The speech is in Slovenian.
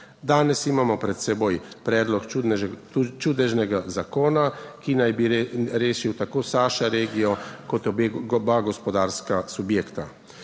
Danes imamo pred seboj predlog čudežnega zakona, ki naj bi rešil tako SAŠA regijo kot oba gospodarska subjekta.